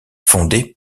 fondé